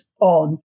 on